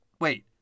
Wait